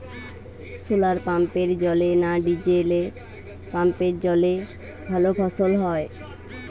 শোলার পাম্পের জলে না ডিজেল পাম্পের জলে ভালো ফসল হয়?